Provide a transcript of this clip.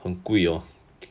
很贵哦